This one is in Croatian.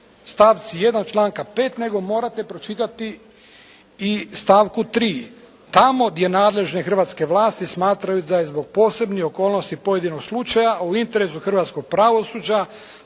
stavci 1. članak5. nego morate pročitati i stavku 3. Tamo gdje nadležne Hrvatske vlasti smatraju da je zbog posebnih okolnosti pojedinog slučaja u interesu hrvatskog pravosuđa,